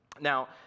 Now